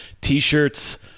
T-shirts